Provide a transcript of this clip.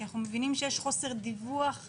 כי אנו מבינים שיש חוסר דיווח גדול,